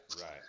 Right